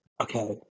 Okay